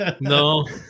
no